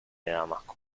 damasco